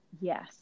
Yes